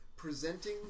presenting